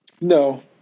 No